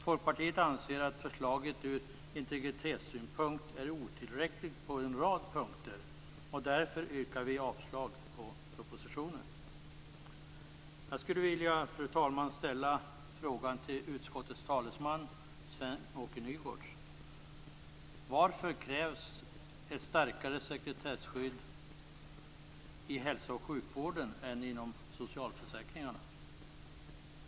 Folkpartiet anser att förslaget ur integritetssynpunkt är otillräckligt på en rad punkter. Därför yrkar vi avslag på propositionen. Fru talman! Jag skulle vilja ställa frågan till utskottets talesman Sven-Åke Nygårds: Varför krävs ett starkare sekretesskydd inom hälso och sjukvården än när det gäller socialförsäkringarna?